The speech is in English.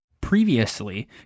Previously